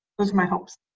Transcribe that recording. is my hopes.